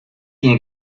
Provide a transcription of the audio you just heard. tiene